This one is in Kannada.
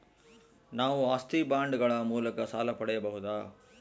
ನಾವು ಆಸ್ತಿ ಬಾಂಡುಗಳ ಮೂಲಕ ಸಾಲ ಪಡೆಯಬಹುದಾ?